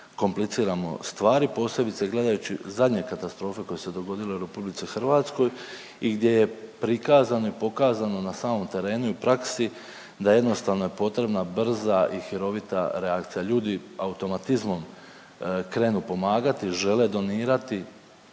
kompliciramo stvari, posebice gledajući zadnje katastrofe koje su se dogodile u RH i gdje je prikazano i pokazano na samom terenu i u praksi da je jednostavno je potrebna brza i hirovita reakcija. Ljudi automatizmom krenu pomagati, žele donirati,